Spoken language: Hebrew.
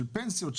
של פנסיות,